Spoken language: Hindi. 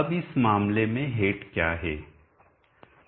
अब इस मामले में हेड क्या हैं